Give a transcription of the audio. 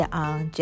on